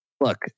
Look